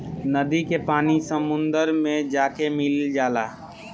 नदी के पानी समुंदर मे जाके मिल जाला